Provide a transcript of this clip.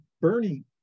Bernie